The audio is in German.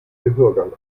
gehörgang